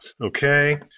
Okay